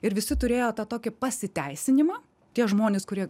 ir visi turėjo tą tokį pasiteisinimą tie žmonės kurie